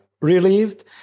relieved